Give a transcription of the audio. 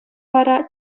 вара